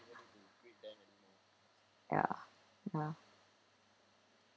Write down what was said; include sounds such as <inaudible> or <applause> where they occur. <noise> ya ya